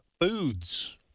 foods